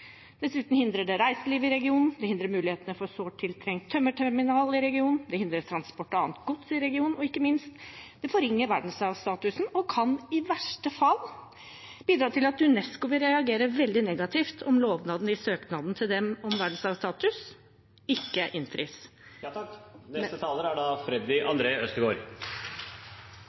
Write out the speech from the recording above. Dessuten hindrer det reiselivet i regionen, det hindrer mulighetene for sårt tiltrengt tømmerterminal i regionen, det hindrer transport av annet gods i regionen, og ikke minst forringer det verdensarvstatusen og kan i verste fall bidra til at UNESCO vil reagere veldig negativt om lovnaden i søknaden til dem om verdensarvstatus, ikke innfris.